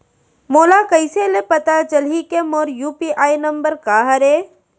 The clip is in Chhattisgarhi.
मोला कइसे ले पता चलही के मोर यू.पी.आई नंबर का हरे?